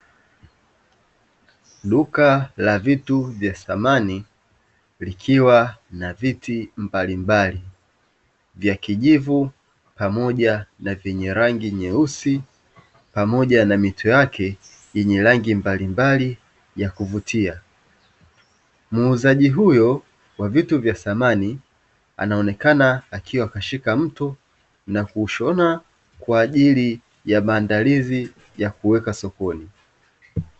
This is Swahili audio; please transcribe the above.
Duka la vitu vya samani likiwa na viti mbalimbali, vya kijivu pamoja na venye rangi nyeusi, pamoja na mito yake yenye rangi mbaimbali ya kuvutia. Muuzaji huyo wa vitu vya samani anaonekana akiwa kashika mto na kuushona kwa ajili ya maandalizi ya kuweka sokoni.